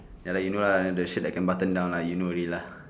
ya lah you know lah the shirt that can button down lah you know already lah